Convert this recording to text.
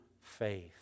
faith